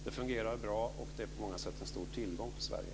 Det fungerar bra, det är på många sätt en stor tillgång till Sverige.